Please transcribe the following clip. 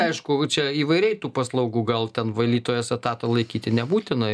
aišku čia įvairiai tų paslaugų gal ten valytojos etato laikyti nebūtina